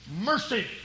mercy